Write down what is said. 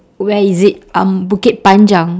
where is it um bukit panjang